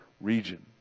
region